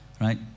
Right